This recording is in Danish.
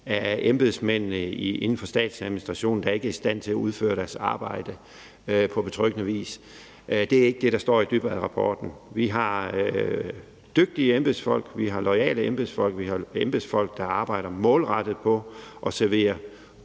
af embedsmændene inden for statsadministrationen, der ikke er i stand til at udføre deres arbejde på betryggende vis. Det er ikke det, der står i Dybvadrapporten. Vi har dygtige embedsfolk, vi har loyale embedsfolk, og vi har embedsfolk, der arbejder målrettet på at servere